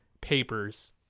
papers